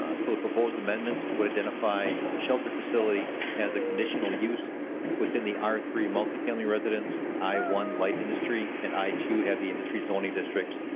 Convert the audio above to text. the proposed amendment would identify a shelter facility as a conditional use within the r three multi family residence, i one light industry, and i two heavy industry zoning districts,